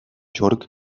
york